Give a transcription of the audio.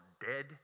dead